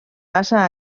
passa